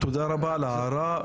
תודה רבה על ההערה.